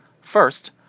First